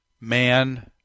Man